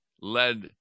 led